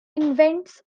invents